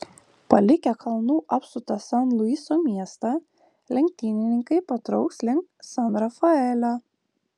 palikę kalnų apsuptą san luiso miestą lenktynininkai patrauks link san rafaelio